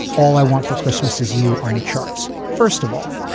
all i want for christmas is you. on the charts. first of all,